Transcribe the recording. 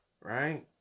right